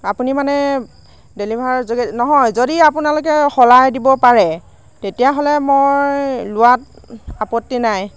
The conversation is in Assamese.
আপুনি মানে ডেলিভাৰ যোগে নহয় যদি আপোনালোকে সলাই দিব পাৰে তেতিয়াহ'লে মই লোৱাত আপত্তি নাই